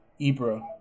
Ibra